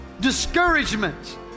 discouragement